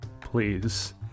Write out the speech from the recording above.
please